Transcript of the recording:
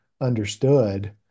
understood